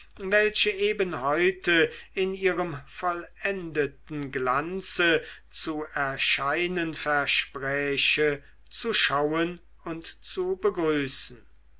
welche eben heute in ihrem vollendeten glanze zu erscheinen verspräche zu schauen und zu begrüßen